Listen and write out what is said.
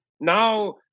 now